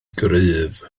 gryf